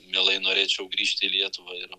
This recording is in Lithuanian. mielai norėčiau grįžti į lietuvą ir